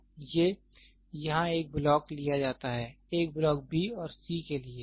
तो ये यहां एक ब्लॉक लिया जाता है एक ब्लॉक b और c के लिए